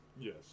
Yes